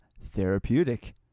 therapeutic